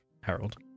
Harold